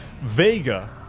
Vega